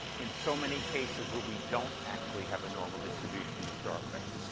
in so many cases where we don't actually have a normal distribution to start with?